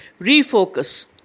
refocus